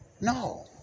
No